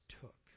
took